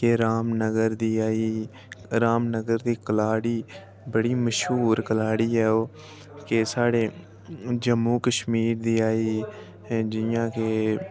ते रामनगर दी आई रामनगर दी कलाड़ी बड़ी मश्हूर कलाड़ी ऐ ओह् के साढ़े जम्मू कश्मीर दी आई जि'यां के